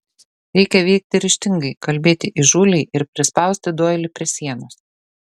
reikia veikti ryžtingai kalbėti įžūliai ir prispausti doilį prie sienos